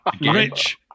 Rich